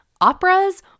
operas